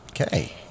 Okay